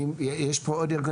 יש פה עוד ארגון,